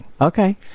Okay